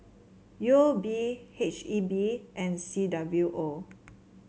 U O B H E B and C W O